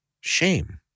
shame